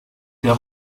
der